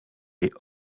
est